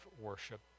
worship